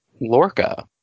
Lorca